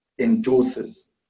endorses